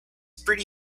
pretty